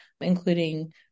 including